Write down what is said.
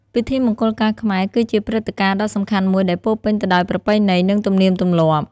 ពិធីមង្គលការខ្មែរ គឺជាព្រឹត្តិការណ៍ដ៏សំខាន់មួយដែលពោរពេញទៅដោយប្រពៃណី និងទំនៀមទម្លាប់។